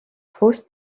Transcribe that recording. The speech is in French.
proust